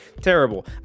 Terrible